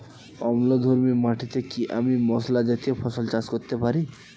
অম্লধর্মী মাটিতে কি আমি মশলা জাতীয় ফসল চাষ করতে পারি?